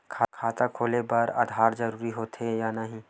खाता खोले बार आधार जरूरी हो थे या नहीं?